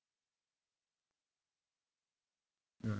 ya